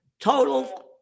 Total